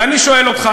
ואני שואל אותך,